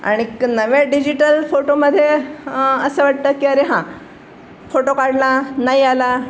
आणि क नव्या डिजिटल फोटोमध्ये असं वाटतं की अरे हां फोटो काढला नाही आला